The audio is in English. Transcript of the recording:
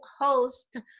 host